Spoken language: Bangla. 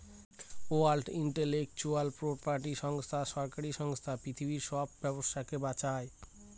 ওয়ার্ল্ড ইন্টেলেকচুয়াল প্রপার্টি সংস্থা সরকারি সংস্থা পৃথিবীর সব ব্যবসাকে বাঁচায়